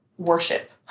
worship